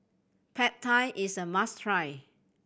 Pad Thai is a must try